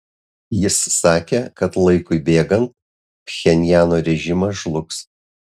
jis sakė kad laikui bėgant pchenjano režimas žlugs